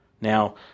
Now